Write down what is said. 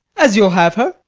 as you'll have her.